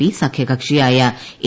P സംഖ്യകക്ഷിയായ A